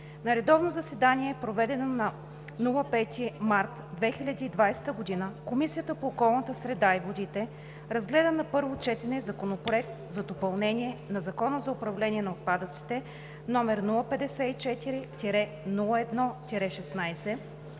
На редовно заседание, проведено на 5 март 2020 г., Комисията по околната среда и водите разгледа на първо четене Законопроект за допълнение на Закона за управление на отпадъците, № 054-01-16,